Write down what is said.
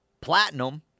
platinum